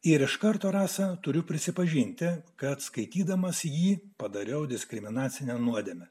ir iš karto rasa turiu prisipažinti kad skaitydamas jį padariau diskriminacinę nuodėmę